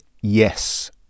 Yes